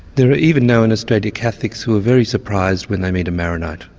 there are even now in australia, catholics who are very surprised when they meet a maronite.